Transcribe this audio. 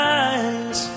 eyes